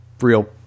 real